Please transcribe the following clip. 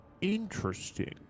Interesting